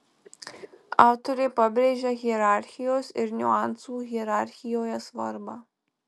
autorė pabrėžia hierarchijos ir niuansų hierarchijoje svarbą